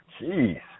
Jeez